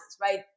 right